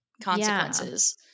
consequences